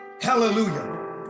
Hallelujah